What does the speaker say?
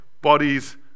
bodies